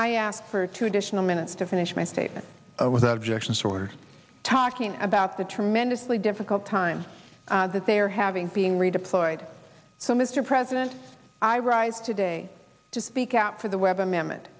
i asked for two additional minutes to finish my statement without objection sort of talking about the a tremendously difficult time that they are having being redeployed so mr president i rise today to speak out for the webb amendment